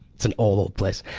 it's an old place.